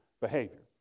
behavior